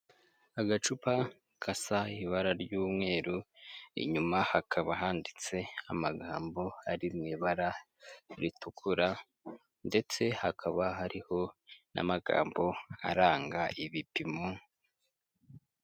Agacupa gasa ibara ry'umweru inyuma hakaba handitse amagambo ari mu ibara ritukura ndetse hakaba hariho n'amagambo aranga ibipimo.